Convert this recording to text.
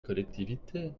collectivité